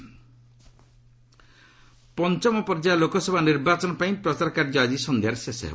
campaigning ପଞ୍ଚମ ପର୍ଯ୍ୟାୟ ଲୋକସଭା ନିର୍ବାଚନ ପାଇଁ ପ୍ରଚାର କାର୍ଯ୍ୟ ଆଜି ସନ୍ଧ୍ୟାରେ ଶେଷ ହେବ